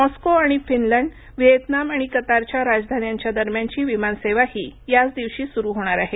Moscow आणि Finland Vietnam आणि कतारच्या राजधान्यांच्या दरम्यानची विमान सेवाही याचं दिवशी सुरू होणार आहे